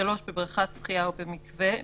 (3) בבריכת שחייה ובמקווה,